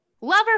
lover